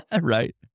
Right